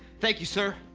thank you sir.